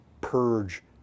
purge